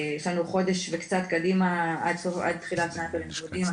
יש לנו חודש וקצת קדימה עד תחילת שנת הלימודים,